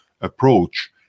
approach